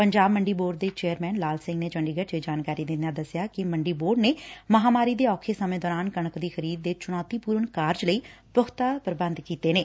Punjab Mandi board ਦੇ chairman Lal Singh ਨੇ ਚੰਡੀਗੜ ਚ ਇਹ ਜਾਣਕਾਰੀ ਦਿਦਿਆਂ ਦਸਿਆ ਕਿ ਮੰਡੀ ਬੋਰਡ ਨੇ ਮਹਾਂਮਾਰੀ ਦੇ ਔਖੇ ਸਮੇਂ ਦੌਰਾਨ ਕਣਕ ਦੀ ਖਰੀਦ ਦੇ ਚਣੌਤੀ ਪੁਰਨ ਕਾਰਜ ਲਈ ਪਖ਼ਤਾ ਤਿਆਰੀਆਂ ਕੀਤੀਆਂ ਨੇ